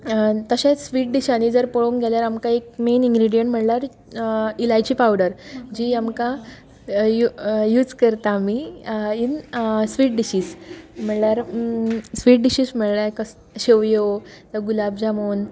तशें स्वीट डिशांनी जर पळोवंक गेल्यार मेन इनग्रिडीयंट म्हणल्यार इलायची पावडर जी आमकां यूज करता आमी इन स्वीट डिशीस म्हणल्यार स्वीट डिशीस म्हणल्यार कस शेवयो गुलाब जामून